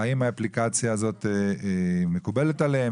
האם האפליקציה הזו מקובלת עליהם?